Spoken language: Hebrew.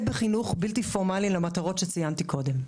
בחינוך בלתי פורמלי למטרות שציינתי קודם.